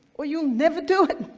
or you'll never do it.